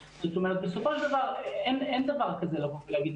בסופו של דבר אין דבר כזה לבוא להגיד,